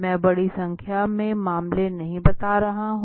मैं बड़ी संख्या में मामले नहीं बता रहा हूं